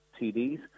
TDs